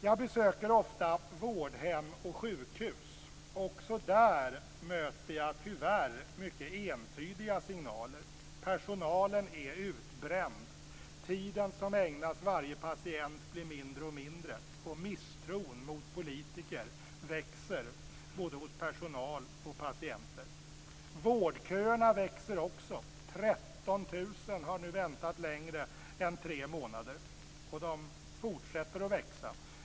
Jag besöker ofta vårdhem och sjukhus. Också där möter jag, tyvärr, mycket entydiga signaler: Personalen är utbränd. Allt mindre tid ägnas åt varje patient, och misstron mot politiker växer hos både personal och patienter. Vårdköerna växer också. 13 000 personer har nu väntat längre än tre månader, och köerna fortsätter att växa.